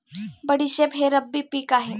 बडीशेप हे रब्बी पिक आहे